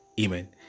Amen